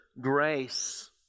grace